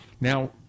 Now